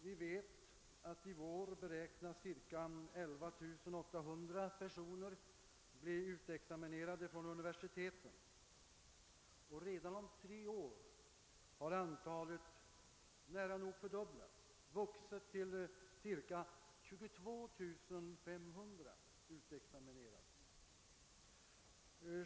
Vi vet att ca 11 800 personer i vår beräknas bli utexaminerade från universiteten. Redan om tre år har antalet nära nog fördubblats; man räknar då med ca 22500 utexaminerade.